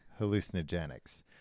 Hallucinogenics